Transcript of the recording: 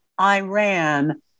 Iran